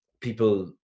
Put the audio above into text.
people